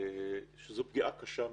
זו פגיעה קשה מאוד.